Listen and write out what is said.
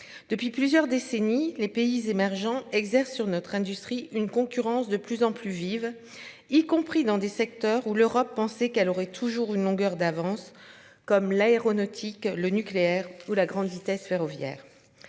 Depuis plusieurs décennies, les pays émergents exerce sur notre industrie une concurrence de plus en plus vives. Y compris dans des secteurs où l'Europe penser qu'elle aurait toujours une longueur d'avance comme l'aéronautique, le nucléaire ou la grande vitesse ferroviaire.